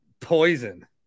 poison